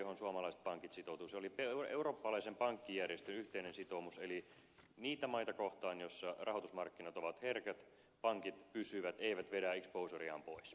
se oli eurooppalaisen pankkijärjestön yhteinen sitoumus niitä maita kohtaan joissa rahoitusmarkkinat ovat herkät pankit pysyvät eivät vedä exposureaan pois